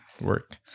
work